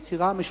היצירה המשותפת.